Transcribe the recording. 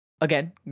Again